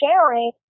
sharing